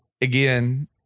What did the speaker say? again